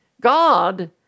God